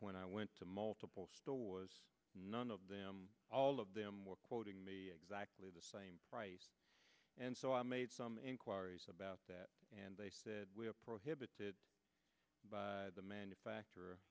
when i went to multiple stores none of them all of them were quoting exactly the same price and so i made some inquiries about that and they said we have prohibited by the manufacturer